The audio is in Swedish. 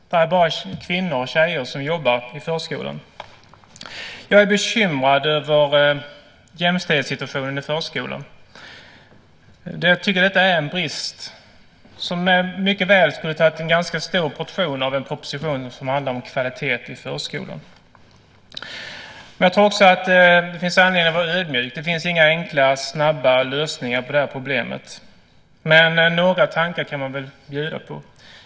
Det är bara kvinnor och tjejer som jobbar i förskolan. Jag är bekymrad över jämställdhetssituationen i förskolan. Jag tycker att det är en brist som mycket väl skulle kunna ha tagit en ganska stor portion av en proposition som handlar om kvalitet i förskolan. Men jag tror också att det finns anledning att vara ödmjuk. Det finns inga enkla snabba lösningar på det här problemet. Men några tankar kan man väl bjuda på.